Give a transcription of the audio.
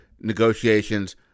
negotiations